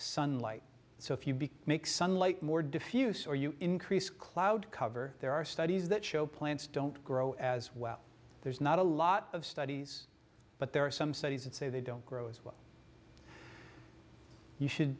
sunlight so if you make sunlight more diffuse or you increase cloud cover there are studies that show plants don't grow as well there's not a lot of studies but there are some studies that say they don't grow as well you should